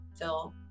Phil